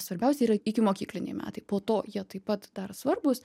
svarbiausi yra ikimokykliniai metai po to jie taip pat dar svarbūs